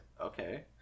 okay